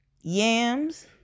yams